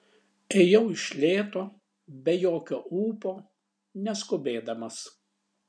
ėjau iš lėto be jokio ūpo neskubėdamas